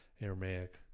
Aramaic